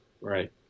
Right